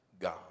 God